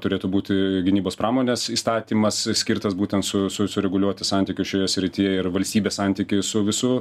turėtų būti gynybos pramonės įstatymas skirtas būtent su su sureguliuoti santykius šioje srityje ir valstybės santykį su visu